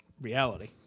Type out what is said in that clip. reality